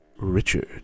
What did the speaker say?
Richard